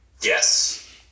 Yes